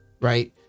right